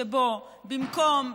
שבו במקום,